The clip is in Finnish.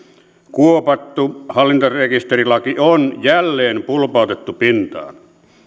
kuopattu hallintarekisterilaki on jälleen pulpautettu pintaan